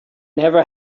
never